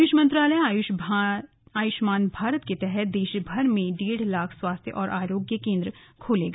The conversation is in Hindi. आयुष मंत्रालय आयुष्मान भारत के तहत देशभर में डेढ़ लाख स्वास्थ्य और आरोग्य केंद्र खोलेगा